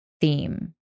theme